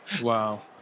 Wow